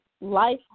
Life